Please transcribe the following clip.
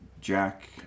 Jack